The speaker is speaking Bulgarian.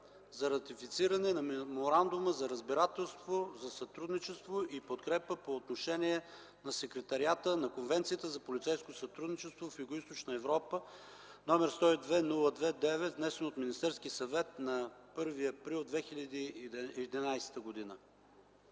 за ратифициране на Меморандума за разбирателство за сътрудничество и подкрепа по отношение на Секретариата на Конвенцията за полицейско сътрудничество в Югоизточна Европа, № 102-02-9, внесен от Министерския съвет на 1 април 2011 г.